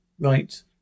Right